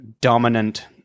dominant